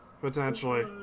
Potentially